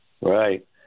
Right